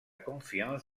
confiance